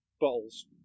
bottles